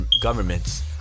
Governments